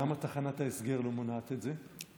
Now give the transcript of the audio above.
למה תחנת ההסגר לא מונעת את זה?